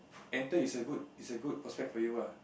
enter it's a good it's a good prospect for you ah